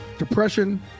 depression